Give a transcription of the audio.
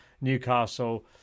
Newcastle